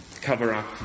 cover-up